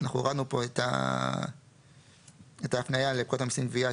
הורדנו פה את ההפניה לפקודת המסים (גבייה),